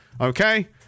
Okay